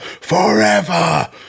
forever